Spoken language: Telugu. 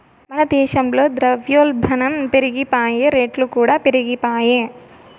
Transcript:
మన దేశంల ద్రవ్యోల్బనం పెరిగిపాయె, రేట్లుకూడా పెరిగిపాయె